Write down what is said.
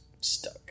stuck